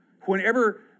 whenever